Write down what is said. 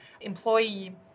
employee